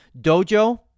dojo